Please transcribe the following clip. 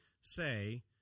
say